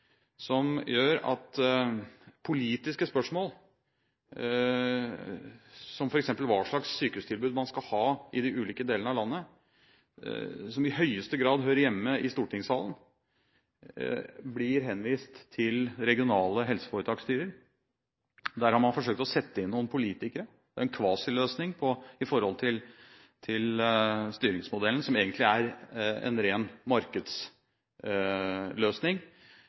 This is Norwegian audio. som gjør at politiske spørsmål, som f.eks. hva slags sykehustilbud man skal ha i de ulike delene av landet, som i høyeste grad hører hjemme i stortingssalen, blir henvist til regionale helseforetaksstyrer. Der har man forsøkt å sette inn noen politikere, det er en kvasiløsning i forhold til styringsmodellen, som egentlig er en ren markedsløsning.